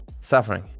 suffering